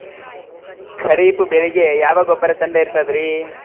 ಖರೀಪ್ ಬೇಳಿಗೆ ಯಾವ ಗೊಬ್ಬರ ಚಂದ್ ಇರತದ್ರಿ?